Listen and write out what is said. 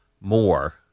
more